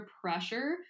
pressure